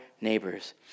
neighbors